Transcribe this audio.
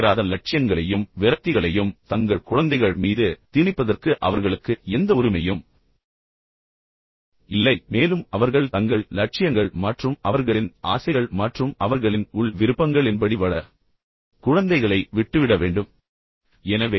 அந்த நிறைவேறாத லட்சியங்களையும் விரக்திகளையும் தங்கள் குழந்தைகள் மீது திணிப்பதற்கு அவர்களுக்கு எந்த உரிமையும் இல்லை மேலும் அவர்கள் தங்கள் லட்சியங்கள் மற்றும் அவர்களின் ஆசைகள் மற்றும் அவர்களின் உள் விருப்பங்களின்படி வளர குழந்தைகளை விட்டுவிட வேண்டும்